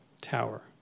tower